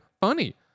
funny